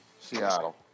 Seattle